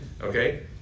Okay